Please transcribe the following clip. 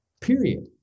period